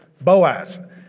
Boaz